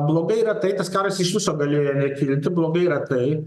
blogai yra tai tas karas iš viso galėjo kilti blogai yra tai